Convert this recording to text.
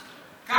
כך,